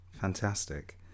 Fantastic